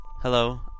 Hello